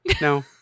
No